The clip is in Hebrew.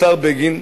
השר בגין,